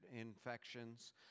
infections